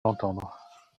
l’entendre